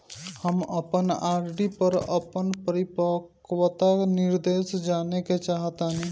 हम अपन आर.डी पर अपन परिपक्वता निर्देश जानेके चाहतानी